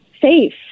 safe